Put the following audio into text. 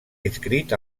inscrit